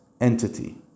entity